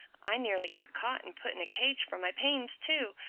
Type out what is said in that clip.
i nearly got caught and put in a cage for my pains too.